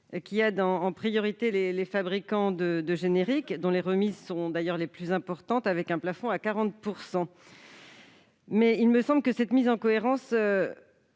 qui aide en priorité les fabricants de génériques, dont les remises sont d'ailleurs les plus importantes, avec un plafond à 40 %. Toutefois, si elle me semble pertinente, cette mise en cohérence